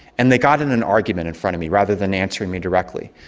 and they got in an argument in front of me rather than answering me directly.